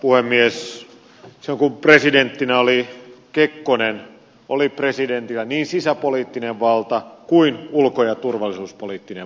silloin kun presidenttinä oli kekkonen oli presidentillä niin sisäpoliittinen valta kuin ulko ja turvallisuuspoliittinen valta